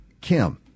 Kim